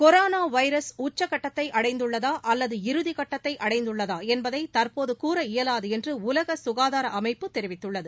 corona virus உச்சக்கட்டத்தை அடைந்துள்ளதா அல்லது இறுதிக்கட்டத்தை அடைந்துள்ளதா என்பதை தற்போது கூற இயலாது என்று உலக சுகாதார அமைப்பு தெரிவித்துள்ளது